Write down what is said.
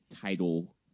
title